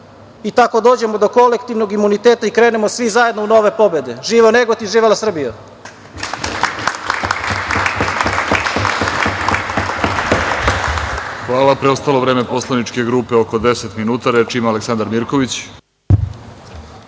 i tako dođemo do kolektivnog imuniteta i krenemo svi zajedno u nove pobede. Živeo Negotin! Živela Srbija!